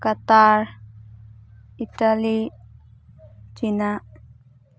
Qatar Italy China